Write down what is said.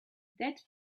that